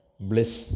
bliss